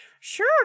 Sure